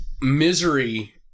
Misery